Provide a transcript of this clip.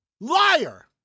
liar